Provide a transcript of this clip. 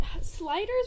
sliders